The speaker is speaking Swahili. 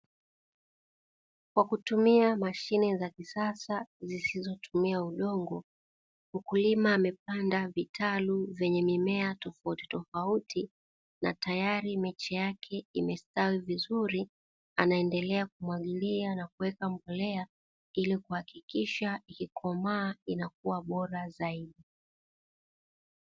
Kwa kutumia mashine za kisasa zisizotumia udongo, Mkulima amepanda vitalu vyenye mimea tofauti tofauti na tayari miche yake imestawi vizuri, anaendelea kumwagilia na kuweka mbolea ili kuhakikisha ikikomaa inakua bora zaidi.